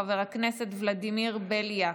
חבר הכנסת ולדימיר בליאק,